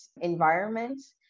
environments